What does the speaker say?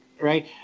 right